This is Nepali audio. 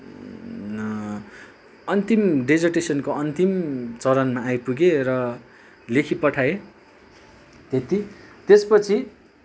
अन्तिम डेजर्टेसनको अन्तिम चरणमा आइपुगेँ र लेखिपठाएँ त्यति त्यसपछि